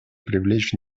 привлечь